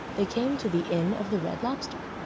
they came to the inn of the red lobster.